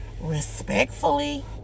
respectfully